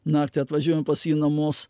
naktį atvažiuojam pas jį į namus